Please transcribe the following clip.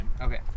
okay